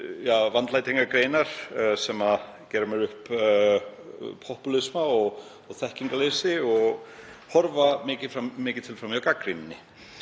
vandlætingargreinar sem gera mér upp popúlisma og þekkingarleysi og horfa mikið til fram hjá gagnrýninni.